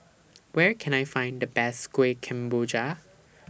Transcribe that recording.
Where Can I Find The Best Kueh Kemboja